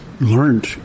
learned